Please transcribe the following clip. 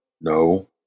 No